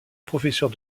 professeur